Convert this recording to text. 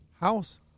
house